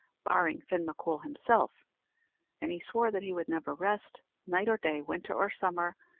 barring fin m'coul himself and he swore that he would never rest, night or day, winter or summer,